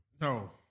No